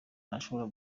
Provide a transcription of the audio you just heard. ntashobora